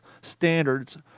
standards